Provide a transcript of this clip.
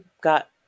got